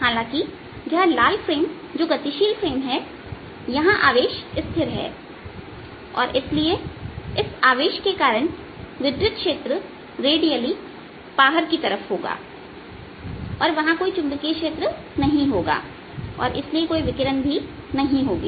हालांकि यह लाल फ्रेम जो गतिशील फ्रेम है यहां आवेश स्थिर है और इसलिए इस आवेश के कारण विद्युत क्षेत्र रेडियली बाहर की तरफ होगा और वहां कोई चुंबकीय क्षेत्र नहीं होगा और इसलिए कोई विकिरण भी नहीं होगी